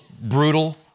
brutal